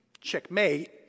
checkmate